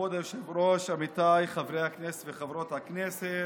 כבוד היושב-ראש, עמיתיי חברי הכנסת וחברות הכנסת,